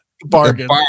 Bargain